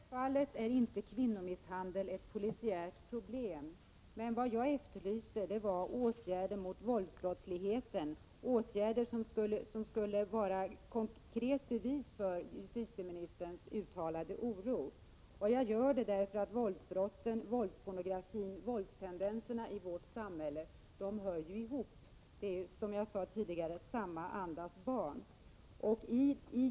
Herr talman! Självfallet är inte kvinnomisshandel ett polisiärt problem. Vad jag efterlyser är åtgärder mot våldsbrottsligheten, åtgärder som skulle vara ett konkret bevis för justitieministerns uttalade oro. Jag gör det därför att våldsbrotten, våldspornografin och våldstendenserna i vårt samhälle hör ihop. Det är, som jag tidigare sade, samma andas barn.